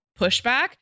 pushback